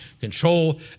Control